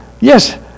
yes